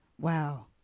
Wow